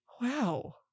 wow